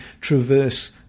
traverse